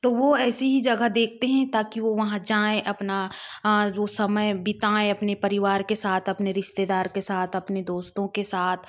तो वो ऐसी ही जगह देखते हैं ताकि वो वहाँ जाएं अपना वो समय बिताएं अपने परिवार के साथ अपने रिश्तेदार के साथ अपने दोस्तों के साथ